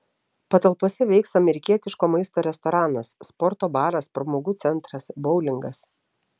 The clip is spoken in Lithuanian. patalpose veiks amerikietiško maisto restoranas sporto baras pramogų centras boulingas